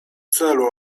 celu